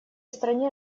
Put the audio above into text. стране